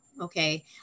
okay